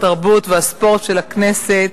התרבות והספורט של הכנסת,